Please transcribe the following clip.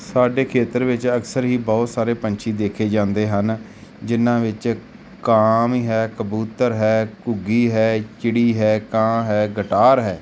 ਸਾਡੇ ਖੇਤਰ ਵਿੱਚ ਅਕਸਰ ਹੀ ਬਹੁਤ ਸਾਰੇ ਪੰਛੀ ਦੇਖੇ ਜਾਂਦੇ ਹਨ ਜਿਨ੍ਹਾਂ ਵਿੱਚ ਕਾਂ ਵੀ ਹੈ ਕਬੂਤਰ ਹੈ ਘੁੱਗੀ ਹੈ ਚਿੜੀ ਹੈ ਕਾਂ ਹੈ ਗੁਟਾਰ ਹੈ